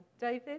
David